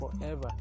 forever